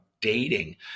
dating